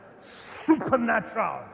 supernatural